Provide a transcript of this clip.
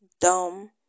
Dumb